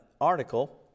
article